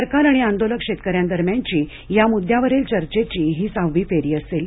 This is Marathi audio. सरकार आणि आंदोलक शेतकऱ्यांदरम्यानची या मुद्यावरील चर्चेची ही सहावी फेरी असेल